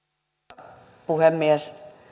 arvoisa puhemies